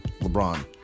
LeBron